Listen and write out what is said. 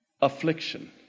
affliction